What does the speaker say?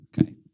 Okay